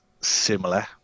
similar